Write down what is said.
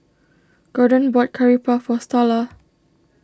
Gordon bought Curry Puff for Starla